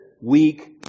weak